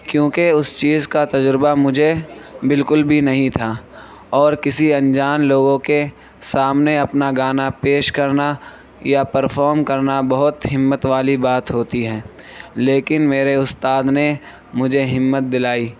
کیوںکہ اس چیز کا تجربہ مجھے بالکل بھی نہیں تھا اور کسی انجان لوگوں کے سامنے اپنا گانا پیش کرنا یا پرفارم کرنا بہت ہمت والی بات ہوتی ہے لیکن میرے استاد نے مجھے ہمت دلائی